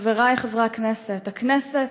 חברי חברי הכנסת, הכנסת,